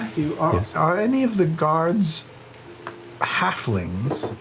are any of the guards halflings?